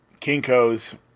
kinkos